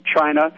China